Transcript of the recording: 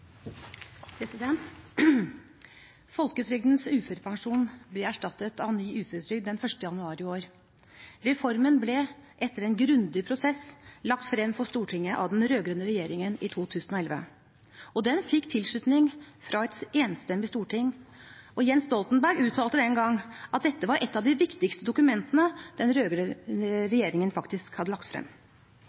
Folketrygdens uførepensjon ble erstattet av ny uføretrygd den 1. januar i år. Reformen ble, etter en grundig prosess, lagt frem for Stortinget av den rød-grønne regjeringen i 2011. Den fikk tilslutning fra et enstemmig storting, og Jens Stoltenberg uttalte den gang at dette var et av de viktigste dokumentene den rød-grønne regjeringen faktisk hadde lagt frem.